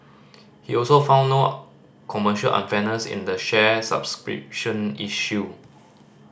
he also found no commercial unfairness in the share subscription issue